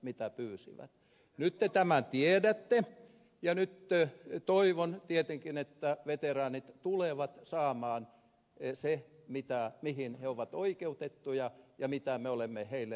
nyt te tämän tiedätte ja nyt toivon tietenkin että veteraanit tulevat saamaan sen mihin he ovat oikeutettuja ja mitä me olemme heille luvanneet